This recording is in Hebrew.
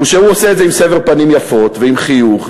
הוא שהוא עושה את זה עם סבר פנים יפות ועם חיוך,